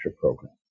Program